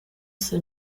seu